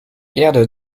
erde